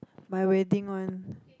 my wedding one